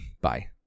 Bye